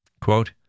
Quote